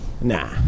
Nah